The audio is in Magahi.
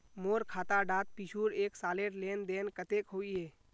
मोर खाता डात पिछुर एक सालेर लेन देन कतेक होइए?